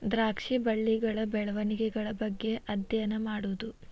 ದ್ರಾಕ್ಷಿ ಬಳ್ಳಿಗಳ ಬೆಳೆವಣಿಗೆಗಳ ಬಗ್ಗೆ ಅದ್ಯಯನಾ ಮಾಡುದು